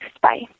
Bye